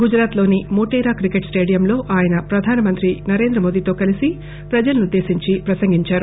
గుజరాత్ లోని మోతేరా క్రికెట్ స్టేడియంలో ఆయన ప్రధానమంత్రి నరేంద్రమోదీతో కలిసి ప్రజలనుద్దేశించి ప్రసంగించారు